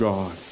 God